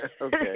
Okay